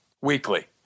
weekly